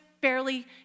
barely